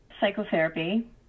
psychotherapy